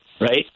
right